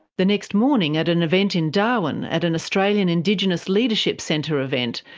the next morning, at an event in darwin, at an australian indigenous leadership centre event,